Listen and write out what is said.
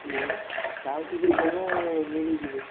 ହଁ ଆଉ ଟିକେ ଜଗ ମିଳିଯିବ